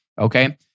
Okay